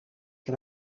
que